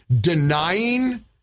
denying